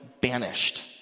Banished